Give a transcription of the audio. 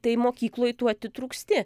tai mokykloj tu atitrūksti